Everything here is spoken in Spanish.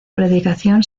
predicación